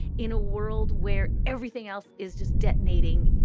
in a world where everything else is just detonating,